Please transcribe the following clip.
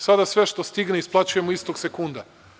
Sada sve što stigne isplaćujemo istog sekunda.